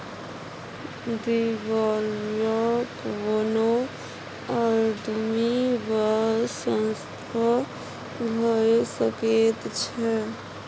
दिवालिया कोनो आदमी वा संस्था भए सकैत छै